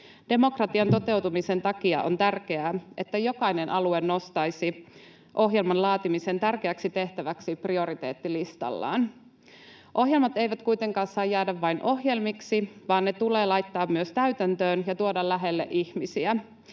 Demokratian toteutumisen takia on tärkeää, että jokainen alue nostaisi ohjelman laatimisen tärkeäksi tehtäväksi prioriteettilistallaan. Ohjelmat eivät kuitenkaan saa jäädä vain ohjelmiksi, vaan ne tulee laittaa myös täytäntöön ja tuoda lähelle ihmisiä,